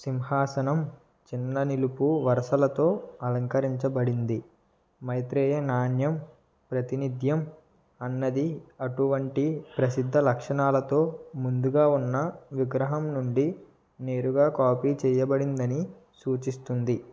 సింహాసనం చిన్న నిలుపు వరుసలతో అలంకరించబడింది మైత్రేయ నాణ్యం ప్రతినిధ్యం అన్నది అటువంటి ప్రసిద్ధ లక్షణాలతో ముందుగా ఉన్న విగ్రహం నుండి నేరుగా కాపీ చేయబడిందని సూచిస్తుంది